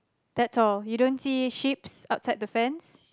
that's all you don't see sheep's outside the fence